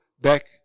back